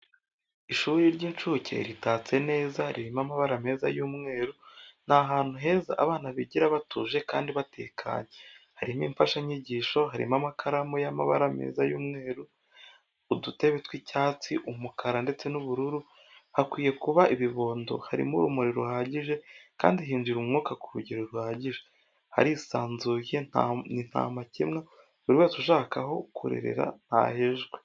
Ishuri ry'incuke ritatse neza ririmo amabara meza y'umweru, ni ahantu heza abana bigira batuje kandi batekanye, harimo imfashanyigisho, harimo amakaramu y'amabara ameza y'umweru, udutebe tw'icyatsi, umukara ndetse n'ubururu, hakwiye kuba ibibondo, harimo urumuri ruhagije kandi hinjira umwuka k'urugero ruhagije, harisanzuye n'intamakemwa. Buri wese ushaka aho kurerera ntahejwe.